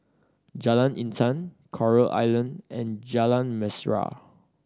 Jalan Intan Coral Island and Jalan Mesra